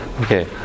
Okay